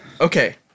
Okay